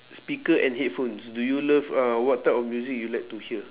speaker and headphones do you love uh what type of music you like to hear